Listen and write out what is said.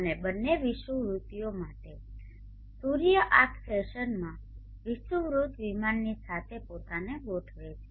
અને બંને વિષુવવૃત્તીઓ માટે સૂર્ય આ ફેશનમાં વિષુવવૃત્ત વિમાનની સાથે પોતાને ગોઠવે છે